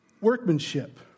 workmanship